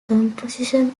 composition